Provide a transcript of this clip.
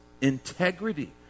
integrity